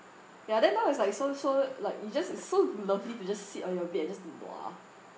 ya then now it's like so so like it's just it's so lovely to just sit on your bed and just blah